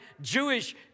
Jewish